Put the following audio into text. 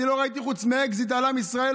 חוץ מאקזיט על עם ישראל,